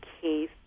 case